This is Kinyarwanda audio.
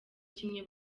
kimwe